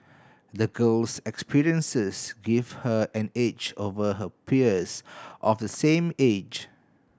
the girl's experiences gave her an edge over her peers of the same age